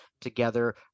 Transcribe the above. together